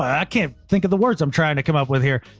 i can't think of the words i'm trying to come up with here.